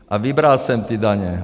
A vybral jsem ty daně.